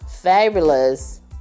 fabulous